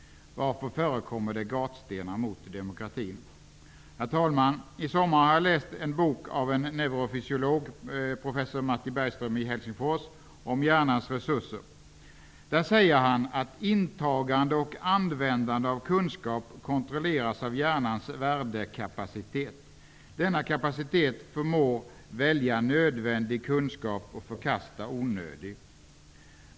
Varför förekommer det gatstenar mot demokratin? Herr talman! I sommar har jag läst en bok av en neurofysiolog, Hjärnans resurser av professor Matti Bergström i Helsingfors. Där säger han att intagande och användande av kunskap kontrolleras av hjärnans värdekapacitet. Denna kapacitet förmår välja nödvändig kunskap och förkasta onödig.